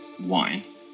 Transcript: wine